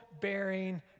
bearing